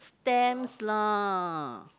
stamps lah